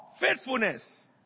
faithfulness